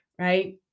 right